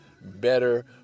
better